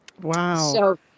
Wow